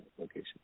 location